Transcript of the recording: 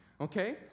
Okay